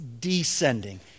descending